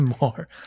more